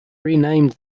renamed